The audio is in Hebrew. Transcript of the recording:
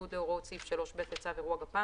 בניגוד להוראות סעיף 3(ב) לצו אירוע גפ"מ,